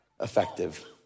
effective